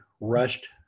rushed